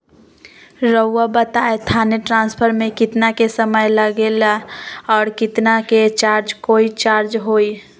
रहुआ बताएं थाने ट्रांसफर में कितना के समय लेगेला और कितना के चार्ज कोई चार्ज होई?